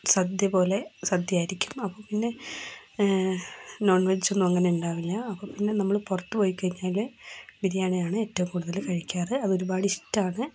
സദ്യ പോലെ സദ്യ ആയിരിക്കും അപ്പോൾ പിന്നെ നോൺ വെജ് ഒന്നും അങ്ങനെ ഉണ്ടാവില്ല അപ്പോൾ പിന്നെ നമ്മൾ പുറത്ത് പോയിക്കഴിഞ്ഞാൽ ബിരിയാണി ആണ് ഏറ്റവും കൂടുതൽ കഴിക്കാറ് അത് ഒരുപാട് ഇഷ്ടമാണ്